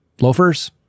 loafers